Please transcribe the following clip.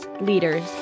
leaders